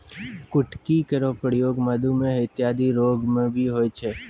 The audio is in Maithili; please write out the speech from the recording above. कुटकी केरो प्रयोग मधुमेह इत्यादि रोग म भी होय छै